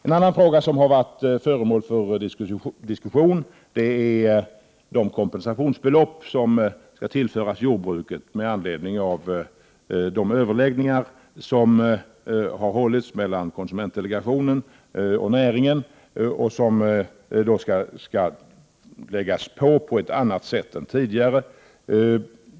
En annan fråga som har varit föremål för diskussion är frågan om de kompensationsbelopp som skall tillföras jordbruket till följd av de överläggningar som har skett mellan konsumentdelegationen och näringen. Kompensationen skall utgå på ett annat sätt än tidigare.